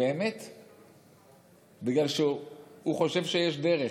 כי הוא חושב שיש דרך.